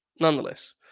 nonetheless